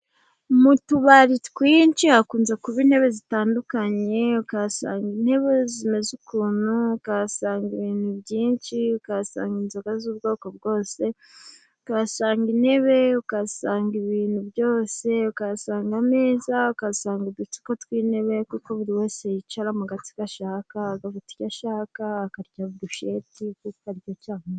Mu tubari twinshi hakunze kuba intebe zitandukanye. Ukahasanga intebe zimeze ukuntu, ukahasanga ibintu byinshi, ukahasanga inzoga z'ubwoko bwose, ukahasanga intebe, ukahasanga ibintu byose, ukahasanga ameza, ukahasanga udutsiko tw'intebe kuko buri wese yicara mu gatsiko ashaka, agafata icyo ashaka akarya burusheti akarya cyane.